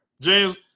James